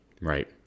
right